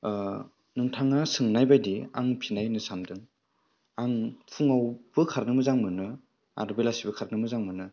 नोंथाङा सोंनाय बायदि आं फिननाय होनो सान्दों आं फुंआवबो खारनो मोजां मोनो आरो बेलासियावबो खारनो मोजां मोनो